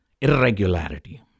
irregularity